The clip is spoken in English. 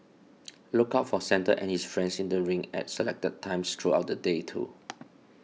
look out for Santa and his friends in the rink at selected times throughout the day too